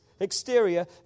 Exterior